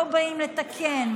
לא באים לתקן,